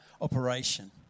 operation